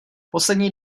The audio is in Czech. poslední